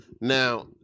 Now